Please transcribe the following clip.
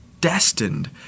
destined